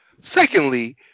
Secondly